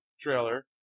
trailer